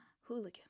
Hooligan